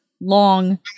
long